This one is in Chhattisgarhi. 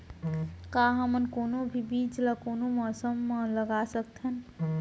का हमन कोनो भी बीज ला कोनो मौसम म लगा सकथन?